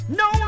no